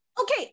Okay